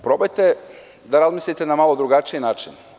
Probajte da razmislite na malo drugačiji način.